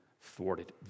thwarted